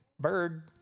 bird